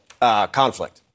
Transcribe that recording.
conflict